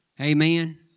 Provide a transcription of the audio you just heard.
Amen